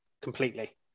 Completely